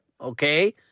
okay